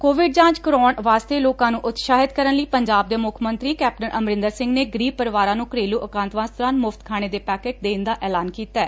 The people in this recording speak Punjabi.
ਕੋਵਿਡ ਜਾਂਚ ਕਰਵਾਉਣ ਵਾਸਤੇ ਲੋਕਾਂ ਨੂੰ ਉਤਸ਼ਾਹਿਤ ਕਰਨ ਲਈ ਪੰਜਾਬ ਦੇ ਮੁੱਖ ਮੰਤਰੀ ਕੈਪਟਨ ਅਮਰੰਦਰ ਸਿੰਘ ਨੇ ਗਰੀਬ ਪਰਿਵਾਰਾਂ ਨੂੰ ਘਰੇਲੂ ਏਕਾਂਤਵਾਸ ਦੌਰਾਨ ਮੁਫਤ ਖਾਣੇ ਦੇ ਪੈਕਟ ਦੇਣ ਦਾ ਐਲਾਨ ਕੀਤੈ